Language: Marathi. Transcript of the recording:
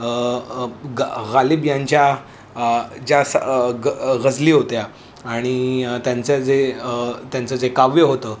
यांच्या ज्या सजली होत्या आणि त्यांचं जे त्यांचं जे काव्य होतं